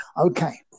Okay